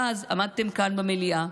ואז עמדתם כאן במליאה,